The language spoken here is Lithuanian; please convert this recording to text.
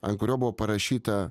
ant kurio buvo parašyta